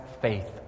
faith